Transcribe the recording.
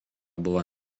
buvo